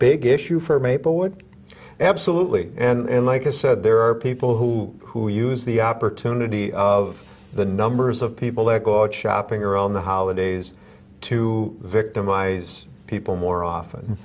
big issue for maplewood absolutely and like i said there are people who who use the opportunity of the numbers of people that go out shopping around the holidays to victimize people more often